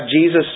Jesus